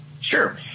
Sure